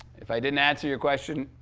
if i didn't answer your question,